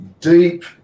deep